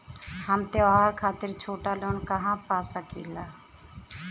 हम त्योहार खातिर छोटा लोन कहा पा सकिला?